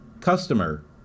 customer